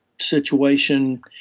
situation